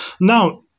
Now